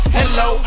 hello